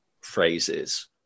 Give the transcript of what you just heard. phrases